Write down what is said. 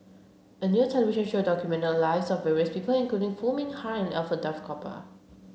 a new television show documented the lives of various people including Foo Mee Har and Alfred Duff Cooper